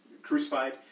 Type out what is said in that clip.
crucified